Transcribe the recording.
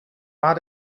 war